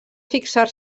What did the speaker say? fixar